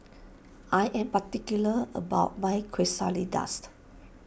I am particular about my